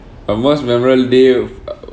the most memorable day uh